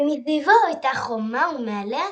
גם מסביבו היתה חומה ומעליה